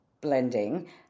blending